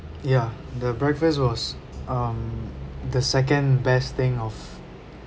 ya the breakfast was um the second best thing of